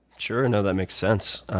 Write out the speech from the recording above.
sure. and no, that made sense.